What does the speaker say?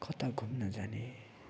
कता घुम्न जाने